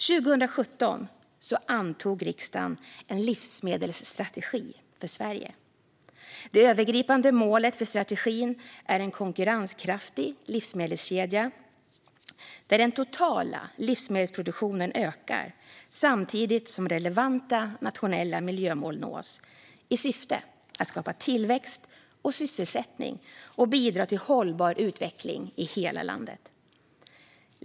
År 2017 antog riksdagen en livsmedelsstrategi för Sverige. Det övergripande målet för strategin är en konkurrenskraftig livsmedelskedja där den totala livsmedelsproduktionen ökar, samtidigt som relevanta nationella miljömål nås, i syfte att skapa tillväxt och sysselsättning och bidra till hållbar utveckling i hela landet.